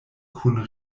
kun